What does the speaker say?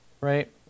right